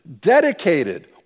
dedicated